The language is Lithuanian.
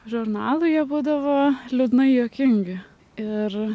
žurnalui jie būdavo liūdnai juokingi ir